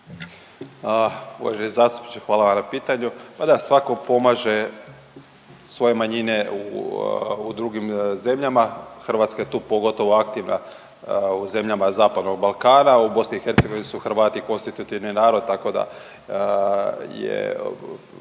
Uvaženi zastupniče hvala vam na pitanju. Ma da svako pomaže svoje manjine u drugim zemljama, Hrvatska je tu pogotovo aktivna u zemljama Zapadnog Balkana, u BiH su Hrvati konstitutivni narod tako da je